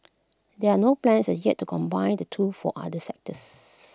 there are no plans as yet to combine the two for other sectors